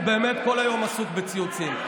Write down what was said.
הוא באמת כל היום עסוק בציוצים.